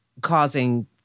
causing